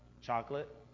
chocolate